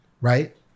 right